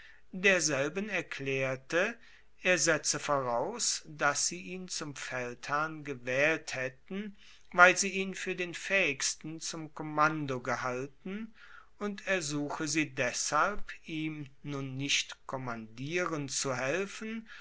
derselben erklaerte er setze voraus dass sie ihn zum feldherrn gewaehlt haetten weil sie ihn fuer den faehigsten zum kommando gehalten und ersuche sie deshalb ihm nun nicht kommandieren zu helfen